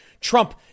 Trump